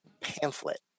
pamphlet